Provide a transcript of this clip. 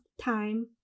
time